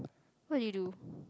what you do